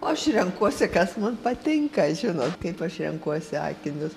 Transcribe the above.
aš renkuosi kas man patinka žinot kaip aš renkuosi akinius